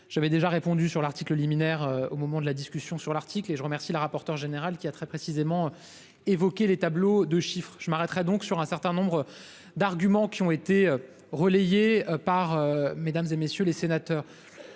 j'avais déjà répondu sur l'article liminaire au moment de la discussion sur l'article et je remercie le rapporteur général qui a très précisément évoqué les tableaux de chiffres je m'arrêterai donc sur un certain nombre d'arguments qui ont été relayées par mesdames et messieurs les sénateurs.